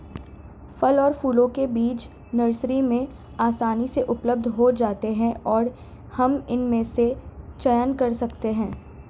फल और फूलों के बीज नर्सरी में आसानी से उपलब्ध हो जाते हैं और हम इनमें से चयन कर सकते हैं